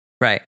Right